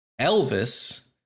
Elvis